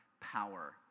power